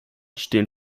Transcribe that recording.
stehen